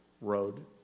road